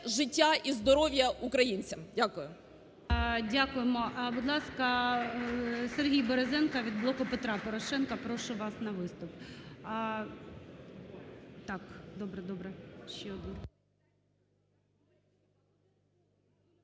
життя і здоров'я українцям. Дякую. ГОЛОВУЮЧИЙ. Дякуємо. Будь ласка, Сергій Березенко від "Блоку Петра Порошенка", прошу вас на виступ. Добре, добре.